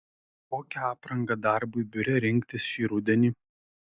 kokią aprangą darbui biure rinktis šį rudenį